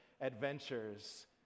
adventures